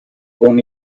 con